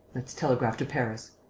let's telegraph to paris.